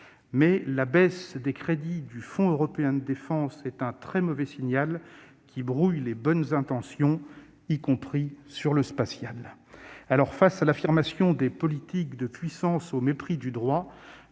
la baisse des crédits du fonds européen de défense est un très mauvais signal, qui brouille les bonnes intentions affichées, y compris dans le domaine spatial. Face à l'affirmation des politiques de puissance au mépris du droit,